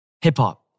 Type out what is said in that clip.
Hip-hop